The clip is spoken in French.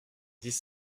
dix